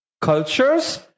cultures